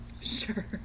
Sure